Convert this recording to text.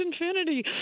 infinity